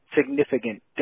significant